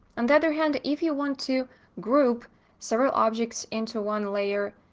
and other hand, if you want to group several objects into one layer,